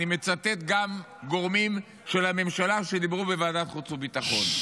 אני מצטט גם גורמים של הממשלה שדיברו בוועדת חוץ וביטחון.